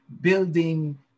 building